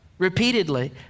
repeatedly